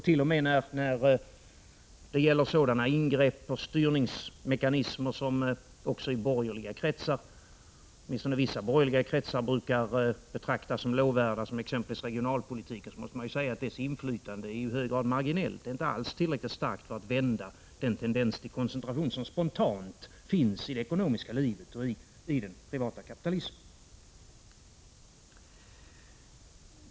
T. o. m. när det gäller sådana ingrepp och styrningsmekanismer som åtminstone i vissa borgerliga kretsar brukar betraktas som lovvärda, exempelvis regionalpolitiken, måste man säga att administrationens inflytande i hög grad är marginellt. Det är inte alls tillräckligt starkt för att vända den tendens till koncentration som spontant finns i det ekonomiska livet och i den privata kapitalismen.